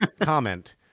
comment